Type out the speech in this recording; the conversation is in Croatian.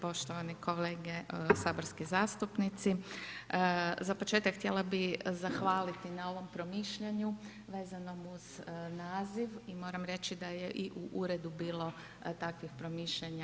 Poštovani kolege saborski zastupnici, za početak htjela bih zahvaliti na ovom promišljanju vezanom uz naziv i moram reći da je i u Uredu bilo takvih promišljanja.